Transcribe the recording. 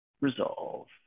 Resolve